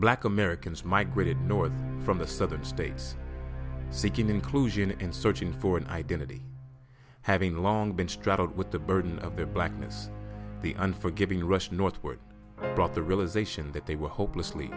black americans migrated north from the southern states seeking inclusion and searching for an identity having long been straddled with the burden of the blackness the unforgiving rush northward brought the realization that they were hopelessly